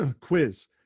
quiz